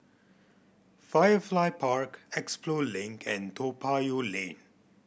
Firefly Park Expo Link and Toa Payoh Lane